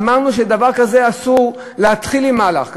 אמרנו שדבר כזה, אסור להתחיל עם מהלך כזה.